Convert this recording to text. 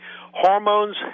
Hormones